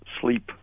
sleep